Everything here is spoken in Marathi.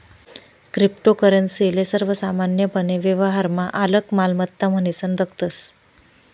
क्रिप्टोकरेंसी ले सर्वसामान्यपने व्यवहारमा आलक मालमत्ता म्हनीसन दखतस